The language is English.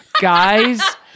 guys